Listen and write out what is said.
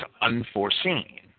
unforeseen